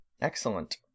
Excellent